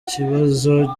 kibazo